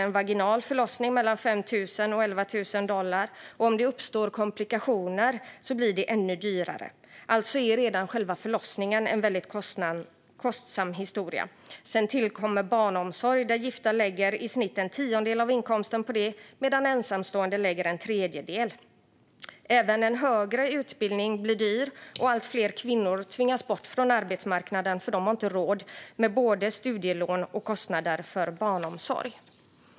En vaginal förlossning kostar 5 000-11 000 dollar, och om det uppstår komplikationer blir det ännu dyrare. Alltså är redan själva förlossningen en kostsam historia. Sedan tillkommer barnomsorg, där gifta lägger i snitt en tiondel av sin inkomst medan ensamstående lägger en tredjedel. Även högre utbildning är dyrt, och allt fler kvinnor tvingas bort från arbetsmarknaden då de inte har råd med både studielån och kostnader för barnomsorg.